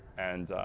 and,